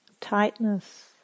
tightness